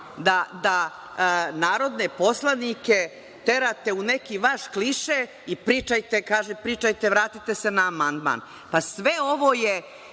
da narodne poslanike terate u neki vaš kliše, pričajte, kažete – vratite se na amandman, pa sve ovo je